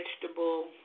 vegetable